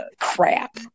crap